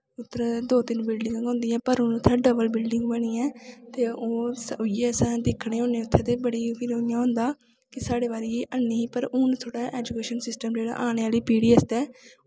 उद्धर दो त्रै बिल्डिंगा होंदियां हियां पर हून उत्थै डबल बिल्डिंग बनी ऐ ते उ'ऐ अस दिक्खने होन्नें उत्थै ते बड़ी फिर इ'यां होंदा कि साढ़ी बारी एह् हैन्नी ही पर हून थोह्ड़ा ऐजुकेशन सिस्टम जेह्ड़ा आने आह्ली पीढ़ी आस्तै